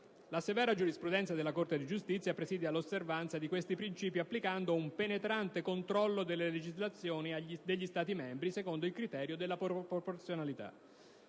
La severa giurisprudenza della Corte di giustizia presidia l'osservanza di questi princìpi, applicando un penetrante controllo delle legislazioni degli Stati membri, secondo il criterio della proporzionalità.